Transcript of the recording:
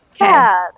Okay